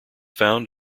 found